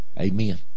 amen